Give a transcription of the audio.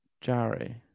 Jerry